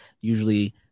usually